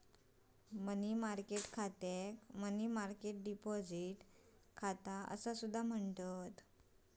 मनी market खात्याक money market deposit खाता असा सुद्धा म्हणतत